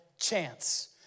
chance